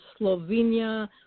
Slovenia